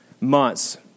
months